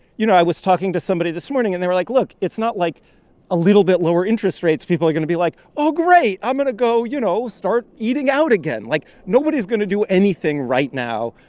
you know, i was talking to somebody this morning, and they were like, look, it's not like a little bit lower interest rates, people are going to be like, oh, great. i'm going to go, you know, start eating out again. like, nobody's going to do anything right now,